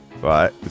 right